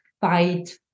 fight